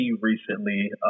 recently